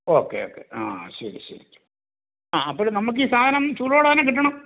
okay okay ആ ശരി ശരി ആ അപ്പോൾ നമുക്ക് ഈ സാധനം ചൂടോടെ തന്നെ കിട്ടണം